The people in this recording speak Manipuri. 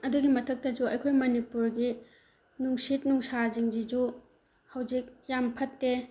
ꯑꯗꯨꯒꯤ ꯃꯊꯛꯇꯁꯨ ꯑꯩꯈꯣꯏ ꯃꯅꯤꯄꯨꯔꯒꯤ ꯅꯨꯡꯁꯤꯠ ꯅꯨꯡꯁꯥꯁꯤꯡꯁꯤꯁꯨ ꯍꯧꯖꯤꯛ ꯌꯥꯝ ꯐꯠꯇꯦ